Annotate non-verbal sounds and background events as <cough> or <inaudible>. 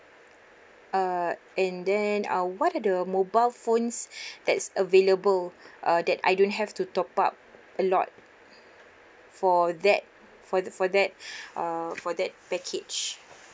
uh and then ah what are the mobile phones <breath> that's available uh that I don't have to top up a lot for that for th~ for that <breath> uh for that package